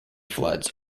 floods